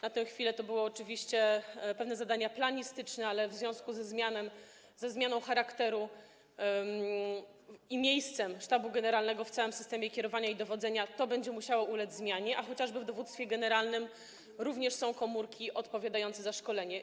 Na tę chwilę to jest oczywiście pewne zadanie planistyczne, ale w związku ze zmianą charakteru i miejscem Sztabu Generalnego w całym systemie kierowania i dowodzenia, to będzie musiało ulec zmianie, bo chociażby w dowództwie generalnym również są komórki odpowiadające za szkolenie.